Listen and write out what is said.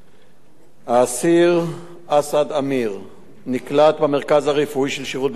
האסיר אסד אמיר נקלט במרכז הרפואי של שירות בתי-הסוהר